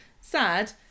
Sad